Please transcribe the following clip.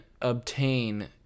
obtain